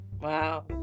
Wow